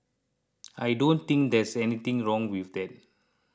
I don't think there's anything wrong with that